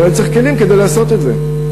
אבל אני צריך כלים כדי לעשות את זה.